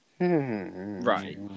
right